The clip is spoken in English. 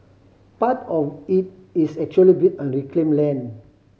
part of it is actually built on reclaimed land